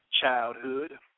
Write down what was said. childhood